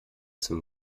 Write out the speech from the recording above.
zum